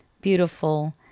beautiful